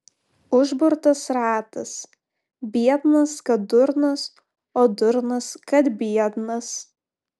užburtas ratas biednas kad durnas o durnas kad biednas